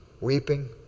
weeping